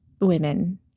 women